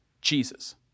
Jesus